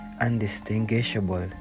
undistinguishable